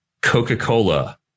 Coca-Cola